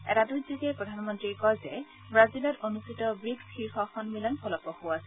এটা টুইটযোগে প্ৰধানমন্ত্ৰীয়ে কয় যে ৱাজিলত অনুষ্ঠিত ৱীকছ শীৰ্ষ সন্মিলন ফলপ্ৰসূ আছিল